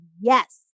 yes